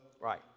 Right